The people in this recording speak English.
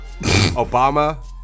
Obama